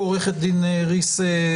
עו"ד ריס,